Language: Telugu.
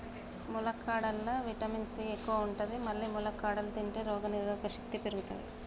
ములక్కాడలల్లా విటమిన్ సి ఎక్కువ ఉంటది మల్లి ములక్కాడలు తింటే రోగనిరోధక శక్తి పెరుగుతది